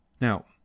Now